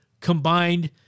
combined